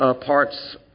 parts